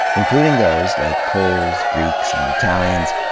including those, like poles, greeks, and italians,